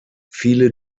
viele